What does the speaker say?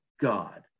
god